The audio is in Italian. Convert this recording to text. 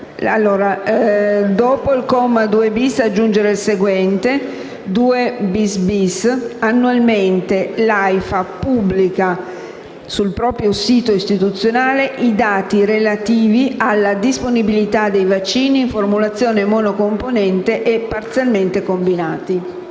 «Dopo il comma 2-*bis* aggiungere il seguente: 2-*ter*: Annualmente l'AIFA pubblica sul proprio sito istituzionale i dati relativi alla disponibilità dei vaccini in formulazione monocomponente e parzialmente combinati».